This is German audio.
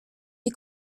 die